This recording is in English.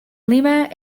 lima